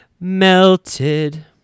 melted